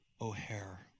O'Hare